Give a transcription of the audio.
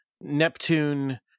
neptune